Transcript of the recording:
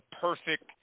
perfect